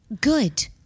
Good